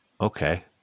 okay